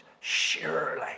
Surely